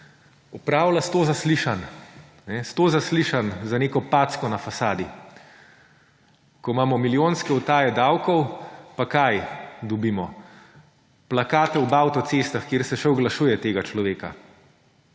opravila 100 zaslišanj. 100 zaslišanj za neko packo na fasadi. Ko imamo milijonske utaje davkov − pa kaj dobimo? Plakate ob avtocestah, kjer se še oglašuje ta človek